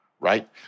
right